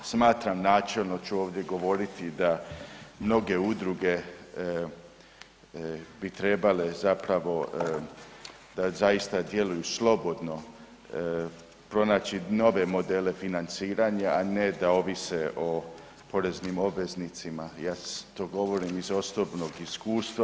Smatram načelno ću ovdje govoriti, da mnoge udruge bi trebale zapravo da zaista djeluju slobodno, pronaći nove modele financiranja, a ne da ovise o poreznim obveznicima ja to govorim iz osobnog iskustva.